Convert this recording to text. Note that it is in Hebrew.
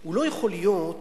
הוא לא יכול להיות